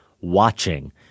watching